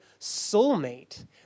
soulmate